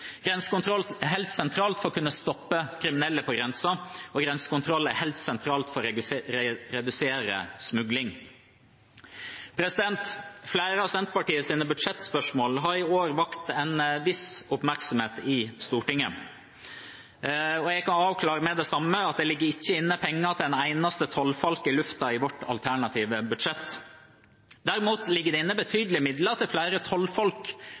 grensekontroll er helt sentralt for å kunne stoppe kriminelle på grensen, og grensekontroll er helt sentralt for å redusere smugling. Flere av Senterpartiets budsjettspørsmål har i år vakt en viss oppmerksomhet i Stortinget. Jeg kan avklare med det samme at det ikke ligger inne penger til en eneste tollfalk i lufta i vårt alternative budsjett. Derimot ligger det inne betydelige midler til flere